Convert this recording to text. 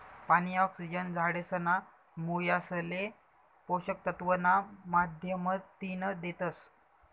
पानी, ऑक्सिजन झाडेसना मुयासले पोषक तत्व ना माध्यमतीन देतस